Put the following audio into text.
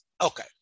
Okay